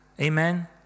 Amen